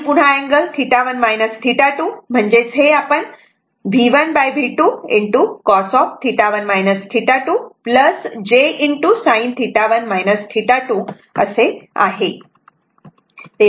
आणि पुन्हा अँगल θ1 θ2 म्हणजेच हे V1 V2 cos θ1 θ2 j sin θ1 θ2 असे आहे